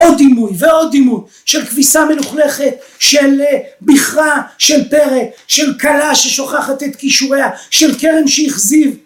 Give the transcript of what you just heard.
עוד דימוי ועוד דימוי של כביסה מלוכלכת של בכרה של פרא, של כלה ששוכחת את כישוריה, של כרם שהכזיב